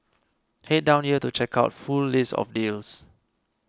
head down here to check out full list of deals